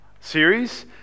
series